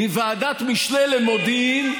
מוועדת משנה למודיעין,